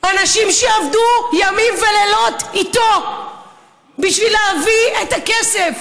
אנשים שעבדו ימים ולילות איתו בשביל להביא את הכסף.